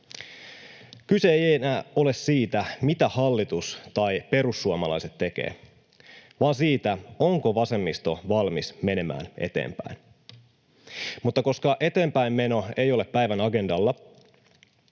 Kyse ei enää ole siitä, mitä hallitus tai perussuomalaiset tekevät, vaan siitä, onko vasemmisto valmis menemään eteenpäin. Mutta koska eteenpäinmeno ei ole päivän agendalla,